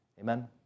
Amen